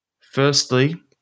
firstly